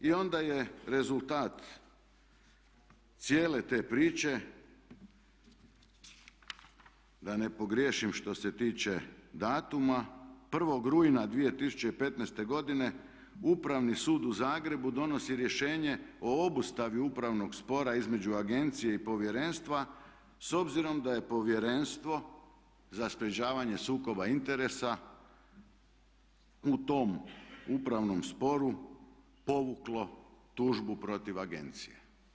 I onda je rezultat cijele te priče da ne pogriješim što se tiče datuma 1. rujna 2015. godine Upravni sud u Zagrebu donosi rješenje o obustavi upravnog spora između agencije i povjerenstva s obzirom da je Povjerenstvo za sprječavanje sukoba interesa u tom upravnom sporu povuklo tužbu protiv agencije.